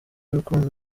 rukundo